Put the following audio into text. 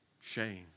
Shame